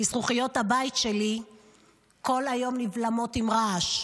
כי זכוכיות הבית שלי כל היום נבלמות עם רעש,